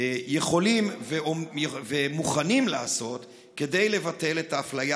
יכולים ומוכנים לעשות כדי לבטל את האפליה